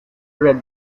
red